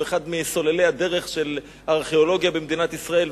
הוא אחד מסוללי הדרך של הארכיאולוגיה במדינת ישראל,